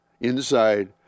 inside